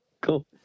Cool